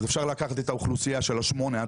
אז אפשר לקחת את האוכלוסייה של ה-8-13,